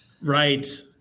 right